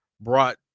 brought